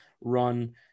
run